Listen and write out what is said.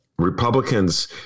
Republicans